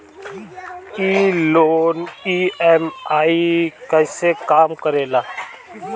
ई loan EMI कईसे काम करेला?